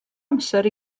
amser